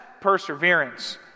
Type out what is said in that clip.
perseverance